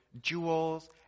jewels